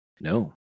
No